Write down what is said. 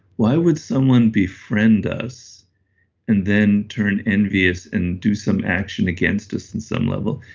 why would someone befriend us and then turn envious and do some action against us in some level?